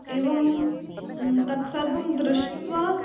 एवं तत्सर्वं दृष्ट्वा